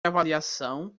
avaliação